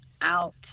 out